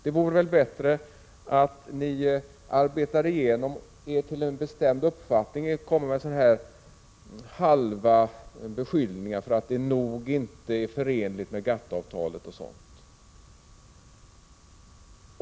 Det vore väl bättre om ni arbetade er fram till en bestämd uppfattning i stället för att komma med halva beskyllningar om att det nog inte är förenligt med GATT-avtalet och sådant.